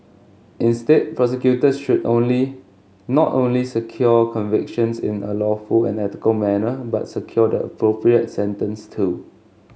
instead prosecutors should only not only secure convictions in a lawful and ethical manner but secure the appropriate sentence too